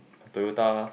Toyota